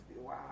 wow